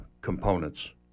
components